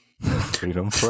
Freedom